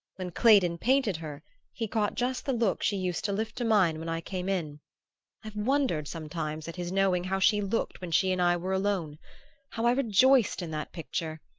when claydon painted her he caught just the look she used to lift to mine when i came in i've wondered, sometimes, at his knowing how she looked when she and i were alone how i rejoiced in that picture!